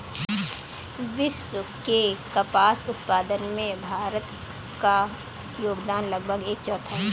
विश्व के कपास उत्पादन में भारत का योगदान लगभग एक चौथाई है